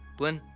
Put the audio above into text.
blynn,